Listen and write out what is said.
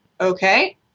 okay